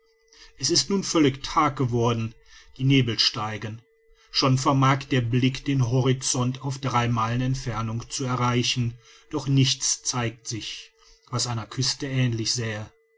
es ist nun völlig tag geworden die nebel steigen schon vermag der blick den horizont auf drei meilen entfernung zu erreichen doch nichts zeigt sich was einer küste ähnlich sähe